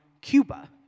Cuba